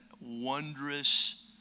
wondrous